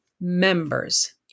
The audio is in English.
members